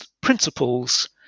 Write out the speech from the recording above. principles